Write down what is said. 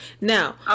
Now